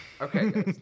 Okay